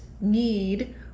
need